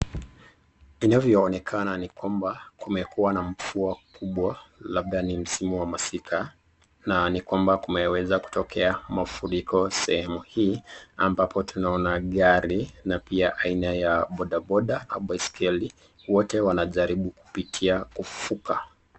Inavyoonekana ni kwamba kumekua na mvua kubwa labda ni msimu wa masika na ni kwamba kumeweza kutokea mafuriko sehemu hii ambapo tunaona gari na pia aina ya boda boda au baiskeli wote wanajaribu kupitia kufuka.